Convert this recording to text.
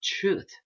truth